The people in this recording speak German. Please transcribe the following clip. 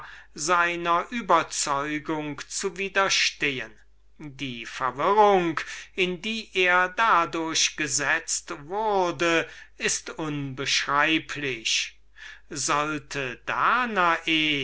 seiner überzeugung zu widerstehen die verwirrung in die er dadurch gesetzt wurde ist unbeschreiblich sollte danae